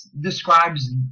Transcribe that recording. describes